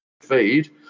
Feed